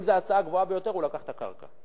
אם זו הצעה הגבוהה ביותר הוא לקח את הקרקע.